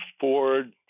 Ford